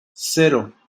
cero